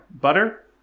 Butter